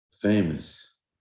famous